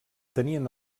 tenien